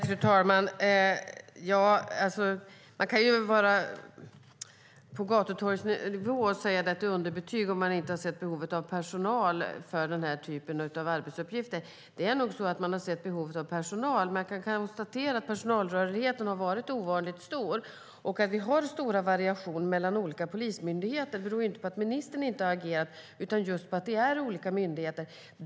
Fru talman! Det går ju att vara på torgmötesnivå och säga att det är underbetyg om man inte har sett behovet av personal för denna typ av arbetsuppgifter. Man har nog sett behovet av personal. Men jag kan konstatera att personalrörligheten har varit ovanligt stor. Att vi har stora variationer mellan olika polismyndigheter beror inte på att ministern inte har agerat utan just på att det är olika myndigheter.